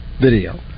video